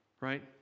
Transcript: Right